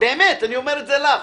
באמת, אני אומר את זה לך.